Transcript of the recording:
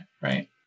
right